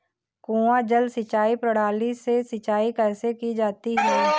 कुआँ जल सिंचाई प्रणाली से सिंचाई कैसे की जाती है?